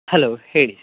hello ಹೇಳಿ